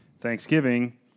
Thanksgiving